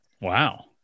Wow